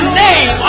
name